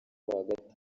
hagati